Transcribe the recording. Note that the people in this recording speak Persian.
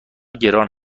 گران